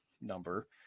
number